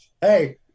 hey